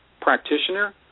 practitioner